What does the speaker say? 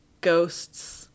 Ghosts